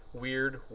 weird